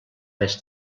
més